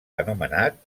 anomenat